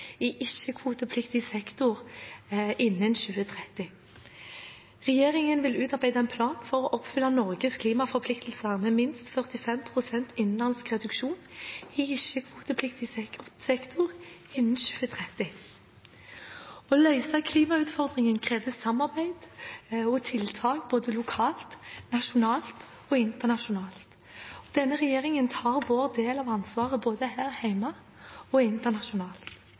i ikke-kvotepliktige utslipp innen 2030. Regjeringen vil utarbeide en plan for å oppfylle Norges klimaforpliktelser med minst 45 pst. innenlandsk reduksjon i ikke-kvotepliktig sektor innen 2030. Å løse klimautfordringen krever samarbeid og tiltak både lokalt, nasjonalt og internasjonalt. Denne regjeringen tar sin del av ansvaret, både her hjemme og internasjonalt.